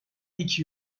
iki